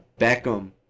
Beckham